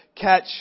catch